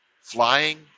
flying